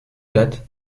date